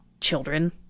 children